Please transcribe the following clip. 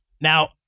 Now